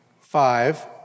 five